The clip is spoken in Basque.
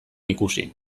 ikusi